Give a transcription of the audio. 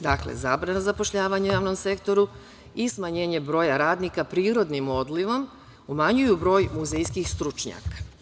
Dakle, zabrana zapošljavanje u javnom sektoru i smanjenje broja radnika prirodnim odlivom umanjuju broj muzejskih stručnjaka.